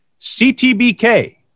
CTBK